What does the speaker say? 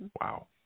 Wow